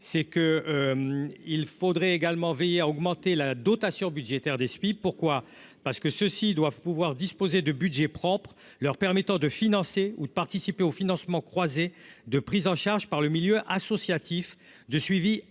c'est que il faudrait également veiller à augmenter la dotation budgétaire des spis pourquoi, parce que ceux-ci doivent pouvoir disposer de Budgets propres leur permettant de financer ou de participer au financement croisé de prise en charge par le milieu associatif de suivi intensif